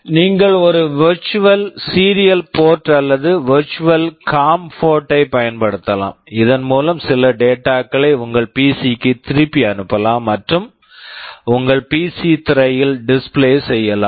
நீங்கள் ஒரு virtual serial port virtual serial port அல்லது virtual com port virtual com port type பயன்படுத்தலாம் இதன் மூலம் சில டேட்டா data களை உங்கள் பிசி PC க்கு திருப்பி அனுப்பலாம் மற்றும் உங்கள் பிசி PC திரையில் டிஸ்பிளே display செய்யலாம்